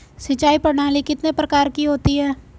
सिंचाई प्रणाली कितने प्रकार की होती हैं?